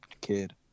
kid